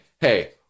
Hey